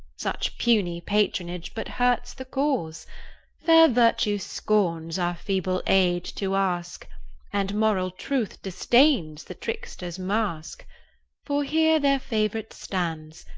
such puny patronage but hurts the cause fair virtue scorns our feeble aid to ask and moral truth disdains the trickster's mask for here their favourite stands,